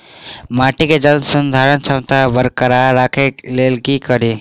माटि केँ जलसंधारण क्षमता बरकरार राखै लेल की कड़ी?